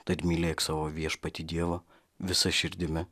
tad mylėk savo viešpatį dievą visa širdimi